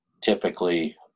Typically